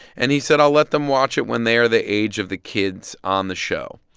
and he said, i'll let them watch it when they are the age of the kids on the show,